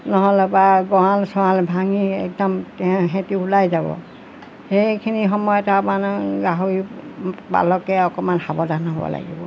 নহ'লে বা গঁড়াল চৰাল ভাঙি একদম সিহঁতে ওলাই যাব সেইখিনি সময়ত আৰু মানে গাহৰি পালকে অকণমান সাৱধান হ'ব লাগিব